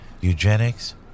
eugenics